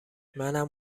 منم